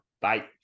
Bye